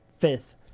fifth